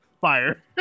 Fire